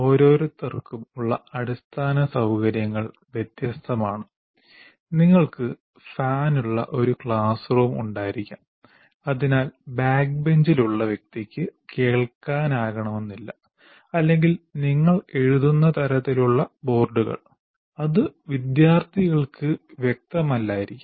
ഓരോരുത്തർക്കും ഉള്ള അടിസ്ഥാന സൌകര്യങ്ങൾ വ്യത്യസ്തമാണ് നിങ്ങൾക്ക് ഫാനുള്ള ഒരു ക്ലാസ് റൂം ഉണ്ടായിരിക്കാം അതിനാൽ ബാക്ക്ബെഞ്ചിലുള്ള വ്യക്തിക്ക് കേൾക്കാനാകണമെന്നില്ല അല്ലെങ്കിൽ നിങ്ങൾ എഴുതുന്ന തരത്തിലുള്ള ബോർഡുകൾ അത് വിദ്യാർത്ഥികൾക്ക് വ്യക്തമല്ലായിരിക്കാം